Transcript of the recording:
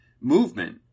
movement